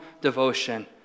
devotion